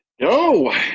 No